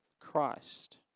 Christ